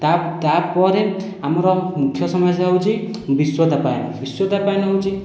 ତା ତା'ପରେ ଆମର ମୁଖ୍ୟ ସମସ୍ୟା ହେଉଛି ବିଶ୍ଵତାପାୟନ ବିଶ୍ଵତାପାୟନ ହେଉଛି